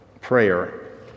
prayer